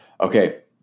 Okay